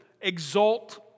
exalt